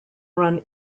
run